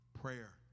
prayer